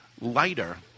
lighter